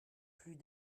plus